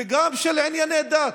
וגם ענייני דת.